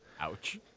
Ouch